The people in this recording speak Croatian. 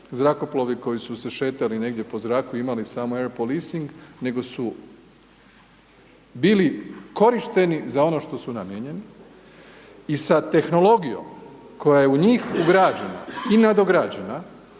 zrakoplovi koji su se šetali negdje po zraku i imali samo erpolising nego su bili korišteni za ono što su namijenjeni i sa tehnologijom koja je u njih ugrađena i nadograđena